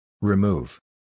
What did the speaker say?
Remove